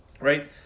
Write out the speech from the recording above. right